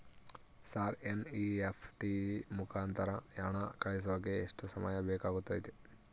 Sir NEFT ಮುಖಾಂತರ ಹಣ ಕಳಿಸೋಕೆ ಎಷ್ಟು ಸಮಯ ಬೇಕಾಗುತೈತಿ?